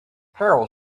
carol